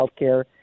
Healthcare